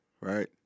Right